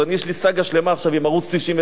יש לי סאגה שלמה עכשיו עם ערוץ-99,